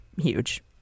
huge